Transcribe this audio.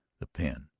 the pen.